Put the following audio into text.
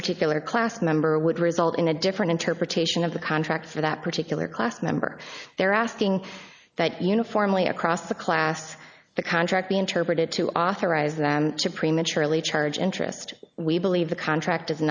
particular class member would result in a different interpretation of the contract for that particular class member they're asking that uniformly across the class the contract be interpreted to authorize them to prematurely charge interest we believe the contract